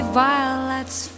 violets